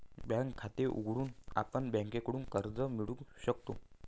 bank खाते उघडून आपण बँकेकडून कर्ज मिळवू शकतो